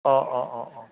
অঁ অঁ অঁ অঁ